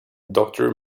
doctor